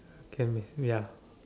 can be ya